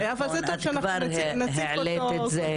נכון את כבר העלית את זה בשידור ישיר.